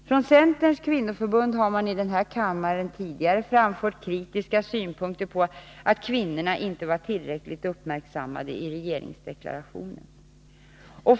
Från Centerns kvinnoförbund har man här i kammaren tidigare framfört kritiska synpunkter på att kvinnorna inte var tillräckligt uppmärksammade i regeringsdeklarationen.